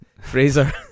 Fraser